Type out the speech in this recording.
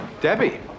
Debbie